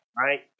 right